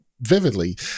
vividly